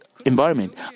environment